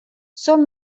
són